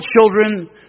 children